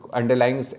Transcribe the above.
underlying